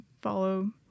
follow